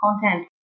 content